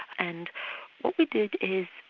and what we did is,